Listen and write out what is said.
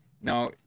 now